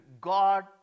God